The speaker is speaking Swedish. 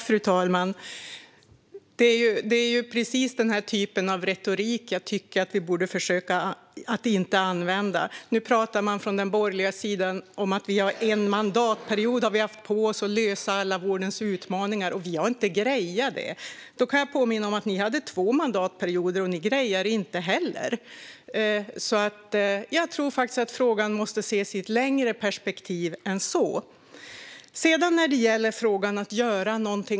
Fru talman! Det är precis den här typen av retorik som jag tycker att vi borde försöka att inte använda. Nu talar den borgerliga sidan om att vi har haft en mandatperiod på oss att lösa alla vårdens utmaningar och att vi inte har grejat det. Jag kan påminna om att ni hade två mandatperioder, Acko Ankarberg Johansson, och ni grejade det inte heller. Jag tror att frågan måste ses i ett längre perspektiv än så.